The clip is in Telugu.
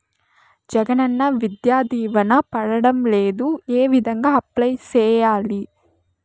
జగనన్న విద్యా దీవెన పడడం లేదు ఏ విధంగా అప్లై సేయాలి